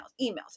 emails